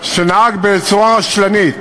שנהג בצורה רשלנית